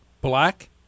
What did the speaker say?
Black